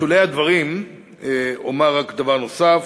בשולי הדברים אומר רק דבר נוסף,